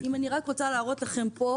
אני רק רוצה להראות לכם פה,